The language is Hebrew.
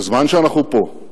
בזמן שאנחנו פה,